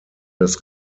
das